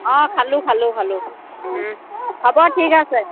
অঁ খালোঁ খালোঁ খালোঁ হ'ব ঠিক আছে